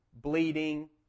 bleeding